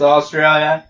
Australia